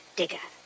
digger